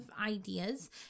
ideas